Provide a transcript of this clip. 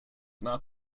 not